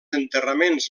enterraments